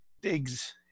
digs